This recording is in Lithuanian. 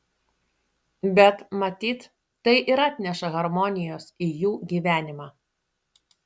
bet matyt tai ir atneša harmonijos į jų gyvenimą